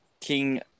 King